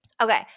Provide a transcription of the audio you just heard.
Okay